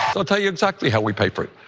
but you exactly how we pay for it.